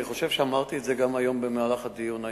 אני חושב שאמרתי את זה גם במהלך הדיון היום.